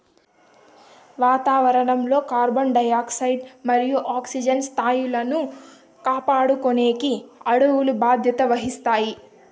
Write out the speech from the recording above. వాతావరణం లో carbon dioxide మరియు ఆక్సిజన్ స్థాయిలను కాపాడుకునేకి అడవులు బాధ్యత వహిస్తాయి